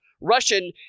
Russian